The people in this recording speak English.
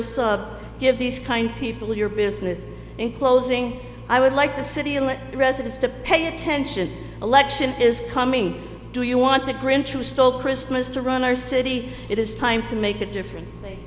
sub give these kind people your business in closing i would like the city and the residents to pay attention election is coming do you want the grinch who stole christmas to run our city it is time to make a difference